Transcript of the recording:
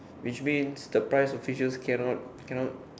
which means the price of fishes cannot cannot